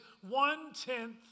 one-tenth